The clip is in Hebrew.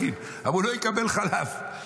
אמרו: לא יקבל חלב,